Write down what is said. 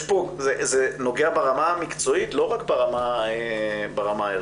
זה נוגע ברמה המקצועית, לא רק ברמה הערכית.